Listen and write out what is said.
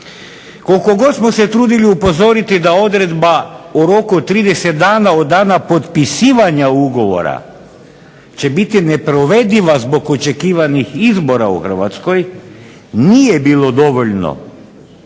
Koliko god smo se trudili upozoriti da odredba o roku od 30 dana od dana potpisivanja ugovora će biti neprovediva zbog očekivanih izbora u Hrvatskoj nije bilo dovoljno,